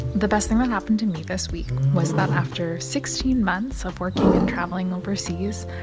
the best thing that happened to me this week was that after sixteen months of working and traveling overseas,